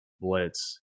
Blitz